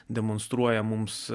demonstruoja mums